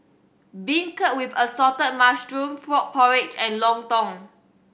beancurd with assorted mushroom frog porridge and lontong